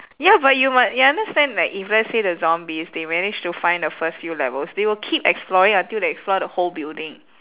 ya but you mu~ you understand like if let's say the zombies they manage to find the first few levels they will keep exploring until they explore the whole building